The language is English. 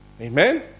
Amen